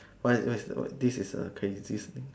what is the word this is a craziest thing